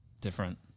different